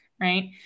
right